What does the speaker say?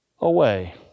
away